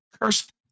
Cursed